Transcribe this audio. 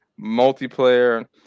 Multiplayer